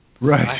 Right